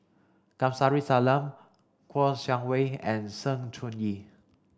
Kamsari Salam Kouo Shang Wei and Sng Choon Yee